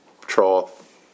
trough